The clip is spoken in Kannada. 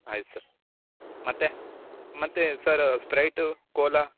ಆಯ್ತು ಸರ್ ಮತ್ತೆ ಮತ್ತೆ ಸರ್ ಸ್ಪ್ರೈಟು ಕೋಲಾ